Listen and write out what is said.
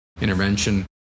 intervention